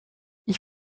ich